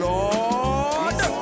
Lord